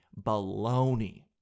baloney